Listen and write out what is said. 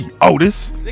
Otis